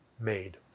made